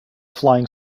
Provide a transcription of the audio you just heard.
flying